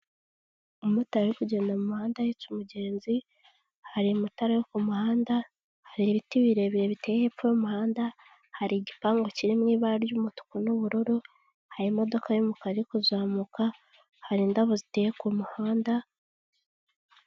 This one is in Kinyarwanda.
Umumotari uri kugenda mu muhanda ahetse umugenzi, hari amatara yo ku muhanda, hari ibiti birebire biteye hepfo y'umuhanda, hari igipangu kiri mu ibara ry'umutuku n'ubururu, hari imodoka y'umukara iri kuzamuka, hari indabo ziteye ku muhanda.